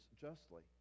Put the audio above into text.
justly